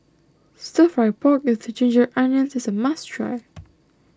Stir Fry Pork with the Ginger Onions is a must try